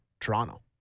Toronto